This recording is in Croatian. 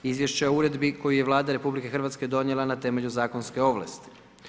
Izvješće o uredbi koju je Vlada RH donijela na temelju zakonske ovlasti.